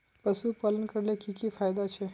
पशुपालन करले की की फायदा छे?